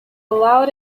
loud